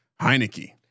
Heineke